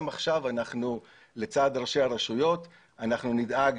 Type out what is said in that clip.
גם עכשיו לצד ראשי הרשויות אנחנו נדאג